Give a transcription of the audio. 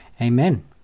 amen